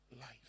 life